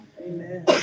Amen